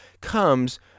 comes